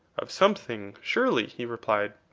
of something, surely, he replied.